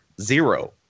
zero